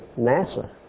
NASA